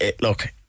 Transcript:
look